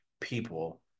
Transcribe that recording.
people